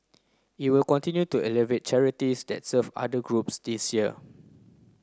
it will continue to evaluate charities that's serve other groups this year